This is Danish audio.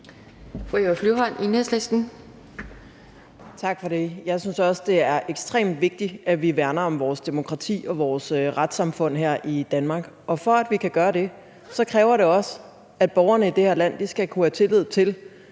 Eva Flyvholm (EL): Tak for det. Jeg synes også, det er ekstremt vigtigt, at vi værner om vores demokrati og vores retssamfund her i Danmark, og for at vi kan gøre det, kræver det også, at borgerne i det her land skal kunne have tillid til,